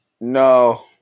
No